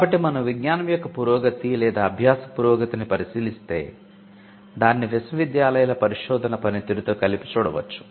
కాబట్టి మనం విజ్ఞానం యొక్క పురోగతి లేదా అభ్యాస పురోగతిని పరిశీలిస్తే దానిని విశ్వవిద్యాలయాల పరిశోధన పనితీరుతో కలిపి చూడవచ్చు